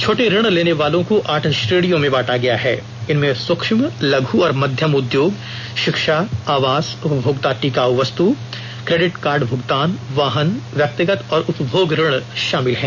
छोटे ऋण लेने वालों को आठ श्रेणियों में बांटा गया है इनमें सूक्ष्म लघु और मध्यम उद्योग शिक्षा आवास उपभोक्ता टिकाऊ वस्तु क्रेडिट कार्ड भुगतान वाहन व्यैक्तिक और उपभोग ऋण शामिल हैं